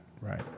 right